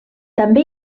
també